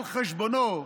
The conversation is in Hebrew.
על חשבונו,